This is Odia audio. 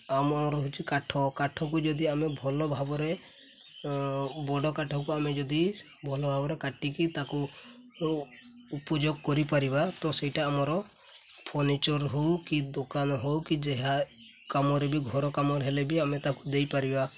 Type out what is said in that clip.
ଆମର ହେଉଛି କାଠ କାଠକୁ ଯଦି ଆମେ ଭଲ ଭାବରେ ବଡ଼ କାଠକୁ ଆମେ ଯଦି ଭଲ ଭାବରେ କାଟିକି ତାକୁ ଉପଯୋଗ କରିପାରିବା ତ ସେଇଟା ଆମର ଫର୍ନିଚର୍ ହଉ କି ଦୋକାନ ହଉ କି ଯାହା କାମରେ ବି ଘର କାମରେ ହେଲେ ବି ଆମେ ତାକୁ ଦେଇପାରିବା